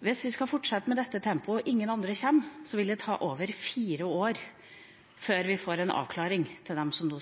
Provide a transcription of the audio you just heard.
Hvis vi skal fortsette i dette tempoet, og ingen andre kommer, vil det ta over fire år før vi får en avklaring for dem som